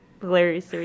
hilarious